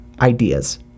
ideas